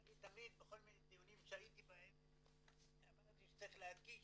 ואני תמיד בכל מיני דיונים שהייתי בהם אמרתי שצריך להדגיש,